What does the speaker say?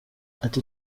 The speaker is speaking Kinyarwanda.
ati